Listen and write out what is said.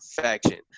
faction